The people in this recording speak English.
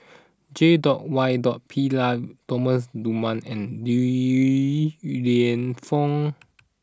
J dot Y dot Pillay Thomas Dunman and Li Lienfung